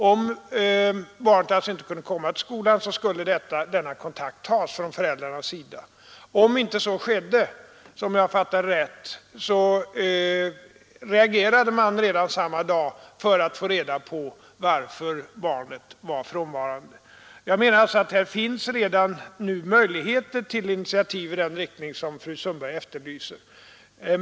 Om barnen inte kunde komma till skolan skulle alltså denna kontakt tas från föräldrarnas sida. Om så inte skedde reagerade man — om jag fattade det rätt — redan samma dag för att få reda på varför barnet var frånvarande. Här finns alltså redan nu möjligheter till initiativ i den riktning som fru Sundberg efterlyser.